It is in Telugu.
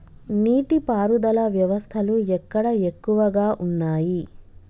నీటి పారుదల వ్యవస్థలు ఎక్కడ ఎక్కువగా ఉన్నాయి?